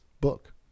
book